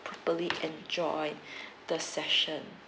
properly enjoy the session